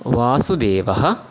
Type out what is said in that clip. वासुदेवः